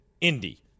Indy